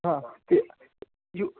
हाँ यूं